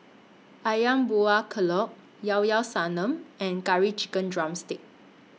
Ayam Buah Keluak Ilao Ilao Sanum and Curry Chicken Drumstick